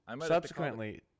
subsequently